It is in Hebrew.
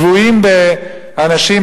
שבויים באנשים,